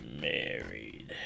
married